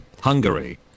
Hungary